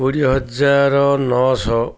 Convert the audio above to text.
କୋଡ଼ିଏ ହଜାର ନଅ ଶହ